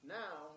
now